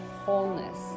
wholeness